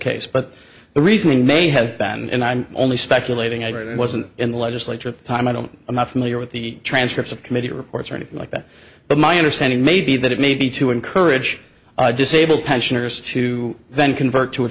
case but the reason may have been and i'm only speculating i read it wasn't in the legislature at the time i don't i'm not familiar with the transcripts of committee reports or anything like that but my understanding may be that it may be to encourage disabled pensioners to then convert to a